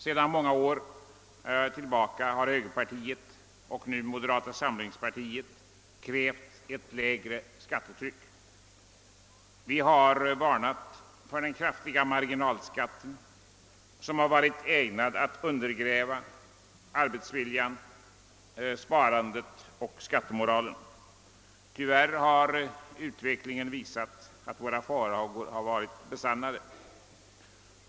Sedan många år tillbaka har högerpartiet och nu moderata samlingspartiet krävt ett lägre skattetryck. Vi har varnat för den kraftiga marginalskatten, som har varit ägnad att undergräva arbetsviljan, sparandet och skattemoralen. Tyvärr har utvecklingen visat att våra farhågor blivit besannade.